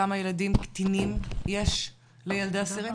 כמה ילדים קטינים יש לאסירים?